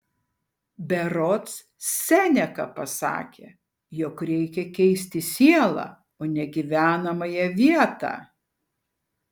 berods seneka pasakė jog reikia keisti sielą o ne gyvenamąją vietą